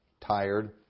tired